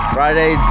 Friday